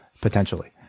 potentially